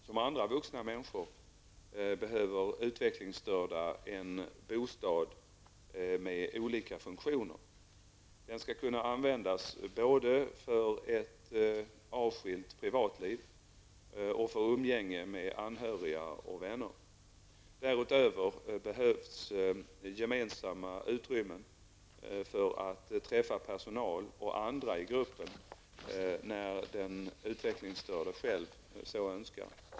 Som andra vuxna människor behöver utvecklingsstörda en bostad med olika funktioner. Den skall kunna användas både för ett avskilt privatliv och för umgänge med anhöriga och vänner. Därutöver behövs gemensamma utrymmen för att träffa personal och andra i gruppen, när den utvecklingsstörde själv så önskar.